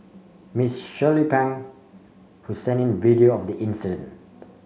Miss Shirley Pang who sent in video of the incident